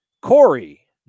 Corey